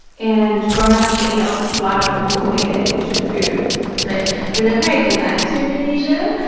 and growing up, she ate a lot of homemade indonesian food but whenever i go back to indonesia,